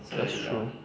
that's true